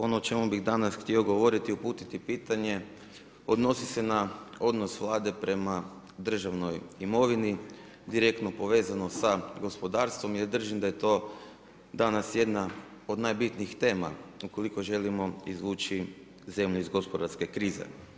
Ono o čemu bih danas htio govoriti, uputiti pitanje odnosi se na odnos Vlade prema državnoj imovini direktno povezano sa gospodarstvom jer držim da je to danas jedna od najbitnijih tema ukoliko želimo izvući zemlju iz gospodarske krize.